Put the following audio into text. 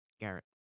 Garrett